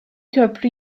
köprü